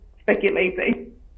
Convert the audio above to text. speculating